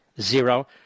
Zero